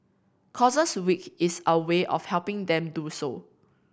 causes Week is our way of helping them do so